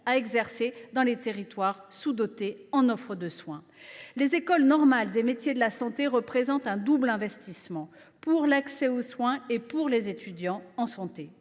à exercer dans les territoires sous dotés en offre de soins. Les écoles normales des métiers de la santé représentent un double investissement, pour l’accès aux soins et pour les étudiants en santé.